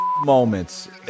moments